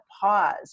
pause